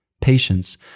Patience